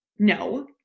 No